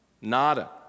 nada